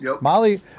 Molly